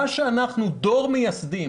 אנחנו דור מייסדים,